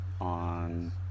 on